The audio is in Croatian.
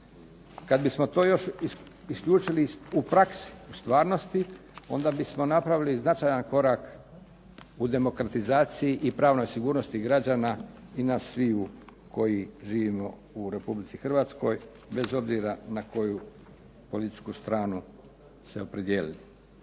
Kad bismo to još isključili u praksi, u stvarnosti onda bismo napravili značajan korak u demokratizaciji i pravnoj sigurnosti građana i nas sviju koji živimo u Republici Hrvatskoj bez obzira na koju političku stranu se opredijelili.